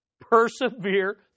Persevere